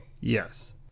yes